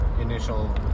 initial